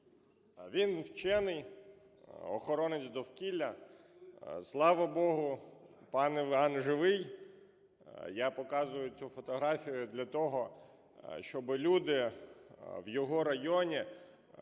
він вчений, охоронець довкілля. Слава Богу, пан Іван живий. Я показую цю фотографію для того, щоби люди в його районі,